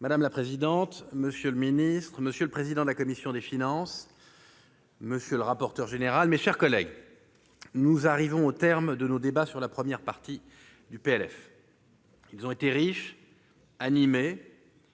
Madame la présidente, monsieur le secrétaire d'État, monsieur le président de la commission des finances, monsieur le rapporteur général, mes chers collègues, nous arrivons au terme de nos débats sur la première partie du projet de loi de finances.